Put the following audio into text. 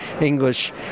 English